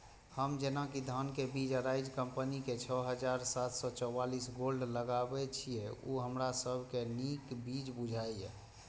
हम जेना कि धान के बीज अराइज कम्पनी के छः हजार चार सौ चव्वालीस गोल्ड लगाबे छीय उ हमरा सब के नीक बीज बुझाय इय?